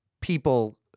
people